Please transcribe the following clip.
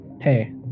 hey